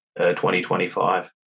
2025